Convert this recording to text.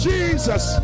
Jesus